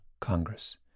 Congress